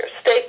State